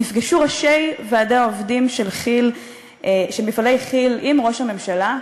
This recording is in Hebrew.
נפגשו ראשי ועדי העובדים של מפעלי כי"ל עם ראש הממשלה.